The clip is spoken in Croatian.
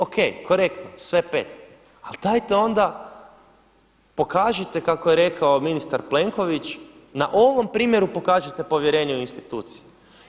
O.k. korektno, sve 5. Ali dajte onda pokažite kako je rekao ministar Plenković na ovom primjeru pokažite povjerenje u instituciju.